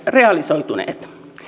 realisoituneet